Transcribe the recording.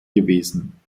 gewesen